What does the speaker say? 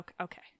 Okay